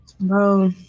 bro